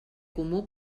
comú